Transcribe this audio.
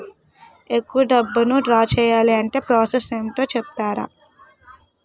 ఎక్కువ డబ్బును ద్రా చేయాలి అంటే ప్రాస సస్ ఏమిటో చెప్తారా?